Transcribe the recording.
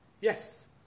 Yes